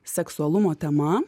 seksualumo tema